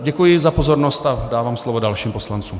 Děkuji za pozornost a dávám slovo dalším poslancům.